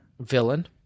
Villain